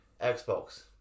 Xbox